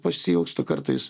pasiilgstu kartais